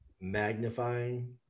magnifying